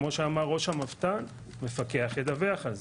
כמו שאמר ראש המבת"ן המפקח ידווח על זה.